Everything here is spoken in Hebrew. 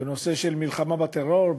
בנושא של מלחמה בטרור,